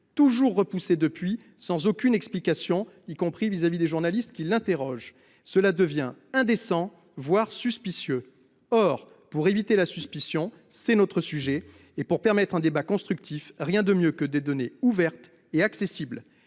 toujours repoussée depuis lors sans aucune explication- y compris à l'adresse des journalistes qui l'interrogent. Cela devient indécent et ne peut entraîner que de la suspicion. Or, pour éviter la suspicion- c'est notre sujet -et pour permettre un débat constructif, rien de mieux que des données ouvertes et accessibles.